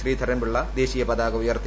ശ്രീധരൻപിള്ള ദേശീയ പതാക ഉയർത്തി